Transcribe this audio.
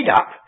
up